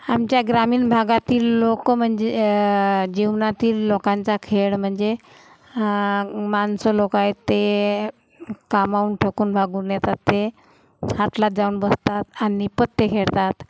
हमच्या ग्रामीण भागातील लोकं म्हणजे जीवनातील लोकांचा खेळ म्हणजे माणसं लोकाय ते कामावून थकून भागून येतात ते हाटलात जाऊन बसतात आणि पत्ते खेळतात